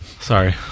Sorry